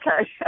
Okay